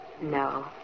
No